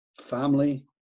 family